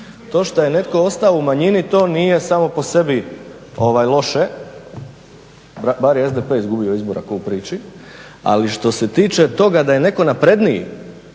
To što je netko ostao u manjini to nije samo po sebi loše, bar je SDP izgubio izbora ko u priči, ali što se tiče toga da je netko napredniji,